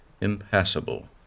impassable